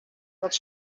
dat